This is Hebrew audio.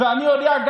ואני יודע,